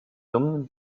dumnym